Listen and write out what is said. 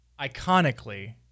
iconically